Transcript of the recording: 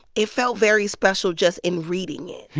it felt very special just in reading it.